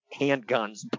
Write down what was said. handguns